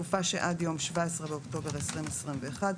בתקופה שעד יום...17 באוקטובר 2021,